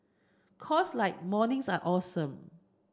cause like mornings are awesome